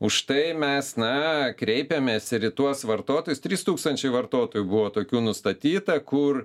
už tai mes na kreipėmės ir į tuos vartotojus trys tūkstančiai vartotojų buvo tokių nustatyta kur